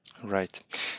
Right